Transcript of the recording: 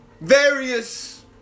various